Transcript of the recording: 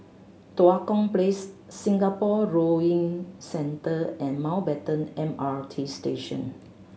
Tua Kong Place Singapore Rowing Centre and Mountbatten M R T Station